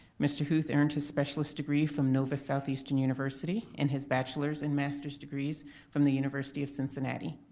mr. huth earned his specialist degree from nova southeastern university and his bachelor's and master's degrees from the university of cincinnati.